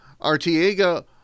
Artiega